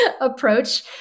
approach